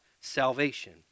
salvation